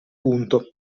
punto